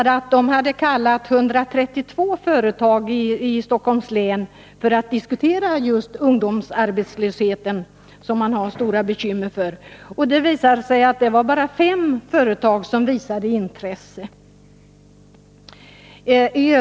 132 företag i Stockholms län hade kallats för att diskutera just ungdomsarbetslösheten, som bereder stora bekymmer. Bara fem företag visade något intresse.